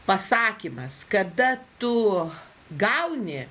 pasakymas kada tu gauni